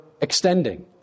extending